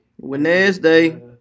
Wednesday